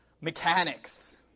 mechanics